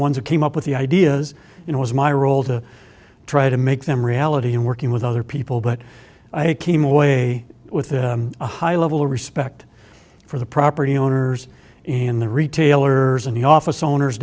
ones who came up with the ideas and it was my role to try to make them reality and working with other people but i came away with a high level of respect for the property owners in the retailers and the office owners